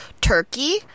turkey